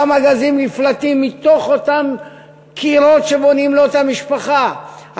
כמה גזים נפלטים מתוך אותם קירות שבונים לאותה משפחה,